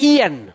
Ian